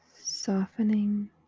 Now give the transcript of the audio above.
softening